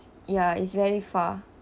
ya it's very far